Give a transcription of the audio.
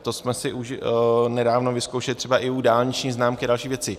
To jsme si už nedávno vyzkoušeli třeba i u dálniční známky a dalších věcí.